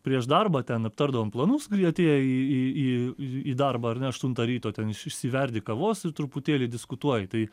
prieš darbą ten aptardavom planus gi atėję į į į į darbą ar ne aštuntą ryto ten iš išsiverdi kavos ir truputėlį diskutuoji tai